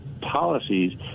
policies